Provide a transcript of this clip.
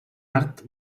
art